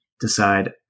decide